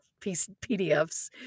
PDFs